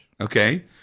Okay